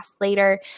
later